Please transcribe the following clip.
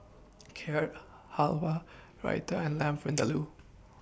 Carrot Halwa Raita and Lamb Vindaloo